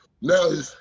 Now